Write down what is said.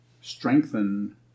strengthen